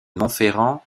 montferrand